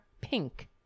pink